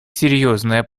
серьезная